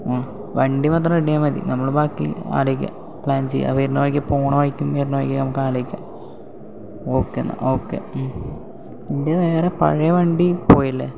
വണ്ടി മാത്രം റെഡിയാൽ മതി നമ്മൾ ബാക്കി ആലോചിക്കാം പ്ലാൻ ചെയ്യാം വരണ വഴിക്കും പോകണ വഴിക്കും വരണ വഴിക്കും നമുക്ക് ആലോചിക്കാം ഓക്കെ എന്നാൽ ഓക്കെ വണ്ടി വേറെ പഴയ വണ്ടി പോയല്ലേ